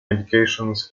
medications